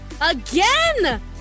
again